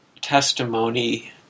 testimony